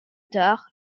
tard